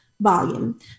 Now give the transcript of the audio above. volume